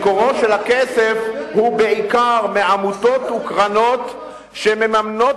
מקורו של הכסף הוא בעיקר בעמותות וקרנות שמממנות